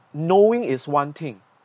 knowing is one thing